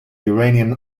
iranian